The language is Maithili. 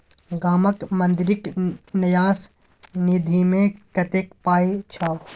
गामक मंदिरक न्यास निधिमे कतेक पाय छौ